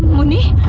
from the